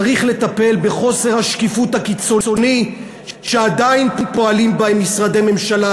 צריך לטפל בחוסר השקיפות הקיצוני שעדיין פועלים בו משרדי ממשלה,